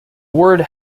word